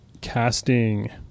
Casting